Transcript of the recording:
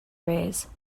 raise